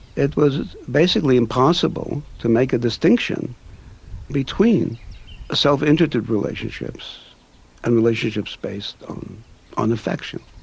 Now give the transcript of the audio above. it was basically impossible to make a distinction between self-interested relationships and relationships based on on affection.